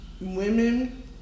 Women